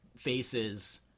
faces